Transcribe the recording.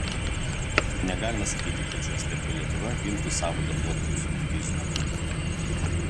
negalima sakyti kad šiuo aspektu lietuva gintų savo darbuotojus krizių metu